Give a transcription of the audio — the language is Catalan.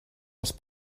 els